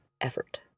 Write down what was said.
effort